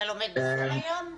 אתה לומד בזום היום?